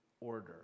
order